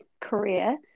career